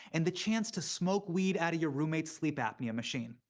and the chance to smoke weed out of your roommate's sleep apnea machine.